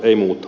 ei muuta